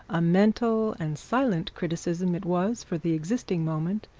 a mental and silent criticism it was for the existing moment,